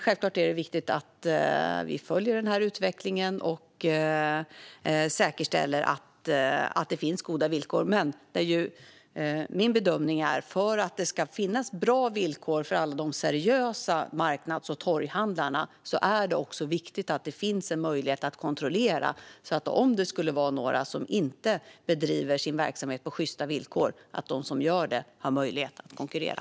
Självklart är det viktigt att vi följer denna utveckling och säkerställer att det finns goda villkor. För att det ska finnas bra villkor för alla seriösa torg och marknadshandlare är det dock viktigt, menar jag, att det finns en möjlighet att kontrollera om några inte bedriver sin verksamhet på sjysta villkor så att de som gör det har möjlighet att konkurrera.